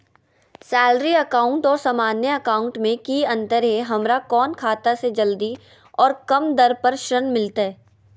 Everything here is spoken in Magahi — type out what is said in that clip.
सैलरी अकाउंट और सामान्य अकाउंट मे की अंतर है हमरा कौन खाता से जल्दी और कम दर पर ऋण मिलतय?